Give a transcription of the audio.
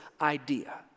idea